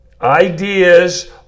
ideas